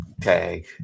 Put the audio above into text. tag